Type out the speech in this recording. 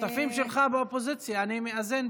שלוש דקות.